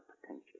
potential